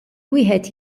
wieħed